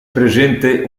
presente